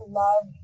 love